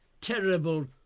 terrible